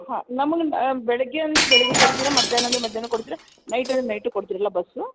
ಹಾಂ ನಮಗೆ ಬೆಳಿಗ್ಗೆ ಅಂದ್ರೆ ಬೆಳಿಗ್ಗೆ ಕೊಡ್ತೀರ ಮಧ್ಯಾಹ್ನ ಅಂದ್ರೆ ಮಧ್ಯಾಹ್ನ ಕೊಡ್ತೀರ ನೈಟ್ ಅಂದ್ರೆ ನೈಟು ಕೊಡ್ತೀರಲ್ವ ಬಸ್ಸು